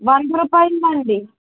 వంద రూపాయలు మా అది